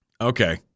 Okay